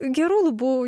gerų lubų